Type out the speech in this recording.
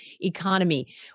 economy